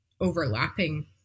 overlapping